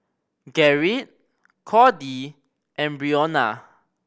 Gerrit Cordie and Brionna